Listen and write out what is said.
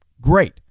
great